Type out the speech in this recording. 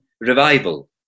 revival